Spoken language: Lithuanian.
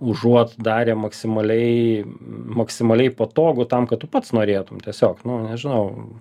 užuot darę maksimaliai maksimaliai patogų tam kad tu pats norėtum tiesiog nežinau